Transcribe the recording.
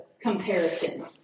comparison